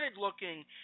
looking